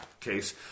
case